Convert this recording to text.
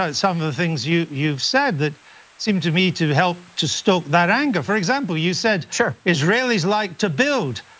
ah some of the things you've said that seem to me to help to stoke that anger. for example you said sure. israelis like to build,